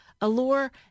allure